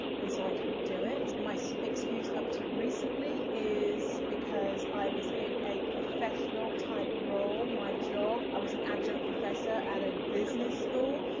and so i didn't do it. my so excuse up to recently is because i was in a professional-type role, my job, i was an adjunct professor at a business school,